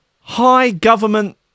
high-government